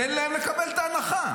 תן להם לקבל את ההנחה.